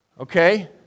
Okay